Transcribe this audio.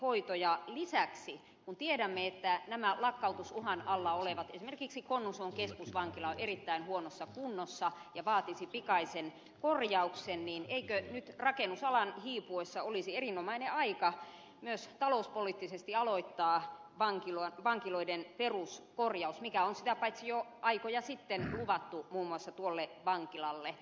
ja lisäksi kun tiedämme että nämä lakkautusuhan alla olevat esimerkiksi konnunsuon keskusvankila ovat erittäin huonossa kunnossa ja vaatisivat pikaisen korjauksen niin eikö nyt rakennusalan hiipuessa olisi erinomainen aika myös talouspoliittisesti aloittaa vankiloiden peruskorjaus mikä on sitä paitsi jo aikoja sitten luvattu muun muassa tuolle vankilalle